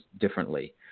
differently